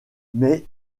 mais